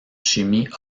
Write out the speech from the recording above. chimie